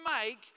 make